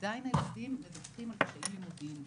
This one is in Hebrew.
עדיין הילדים מדווחים על קשיים לימודיים.